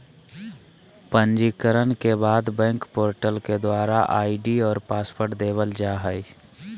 पंजीकरण के बाद बैंक पोर्टल के द्वारा आई.डी और पासवर्ड देवल जा हय